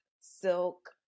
silk